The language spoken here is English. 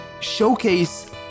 showcase